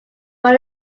when